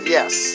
Yes